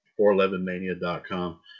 411Mania.com